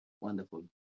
wonderful